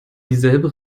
dieselbe